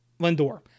Lindor